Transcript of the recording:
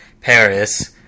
Paris